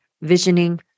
visioning